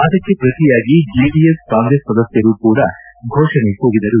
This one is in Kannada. ಅದಕ್ಕೆ ಪ್ರತಿಯಾಗಿ ಜೆಡಿಎಸ್ ಕಾಂಗ್ರೆಸ್ ಸದಸ್ದರು ಕೂಡ ಘೋಷಣೆ ಕೂಗಿದರು